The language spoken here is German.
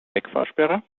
wegfahrsperre